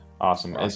Awesome